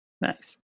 nice